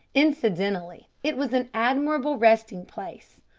incidentally it was an admirable resting place,